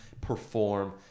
perform